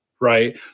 right